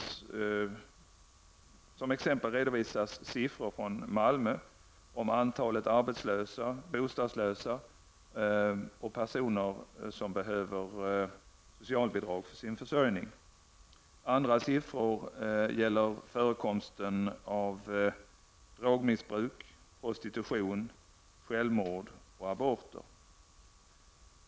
Som exempel redovisas siffror från Malmö om antalet arbetslösa, bostadslösa och personer som behöver socialbidrag för sin försörjning. Andra siffror gäller förekomsten av drogmissbruk, prostitution, självmord och aborter.